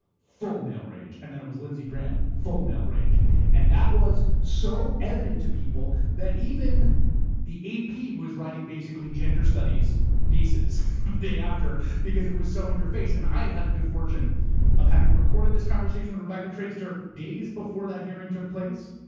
full male rage. and then it was lindsey graham full male rage and that was so evident to people that even the ap was writing basically gender studies pieces the day after because it was so in your face and i had had the good fortune of having recorded this conversation with rebecca traister days before that hearing took place.